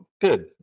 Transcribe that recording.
good